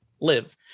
live